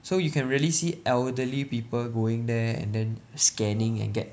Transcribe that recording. so you can really see elderly people going there and then scanning and get